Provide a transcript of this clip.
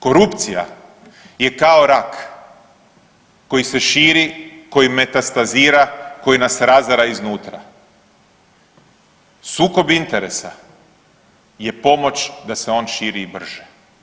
Korupcija je kao rak koji se širi, koji metastazira, koji nas razara iznutra, sukob interesa je pomoć da se on širi i brže.